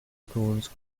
acorns